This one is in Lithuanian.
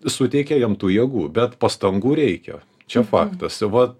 suteikia jam tų jėgų bet pastangų reikia čia faktas va